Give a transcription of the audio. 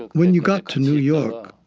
when you got to new york,